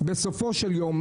בסופו של יום,